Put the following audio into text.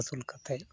ᱟᱹᱥᱩᱞ ᱠᱟᱛᱮᱫ